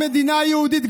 המדינה היהודית,